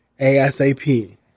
ASAP